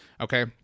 okay